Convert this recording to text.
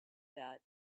that